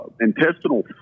intestinal